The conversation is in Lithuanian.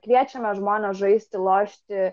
kviečiame žmones žaisti lošti